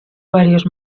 varios